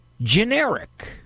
generic